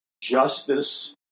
justice